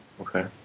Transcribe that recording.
Okay